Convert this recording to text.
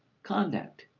conduct,